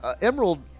Emerald